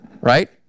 right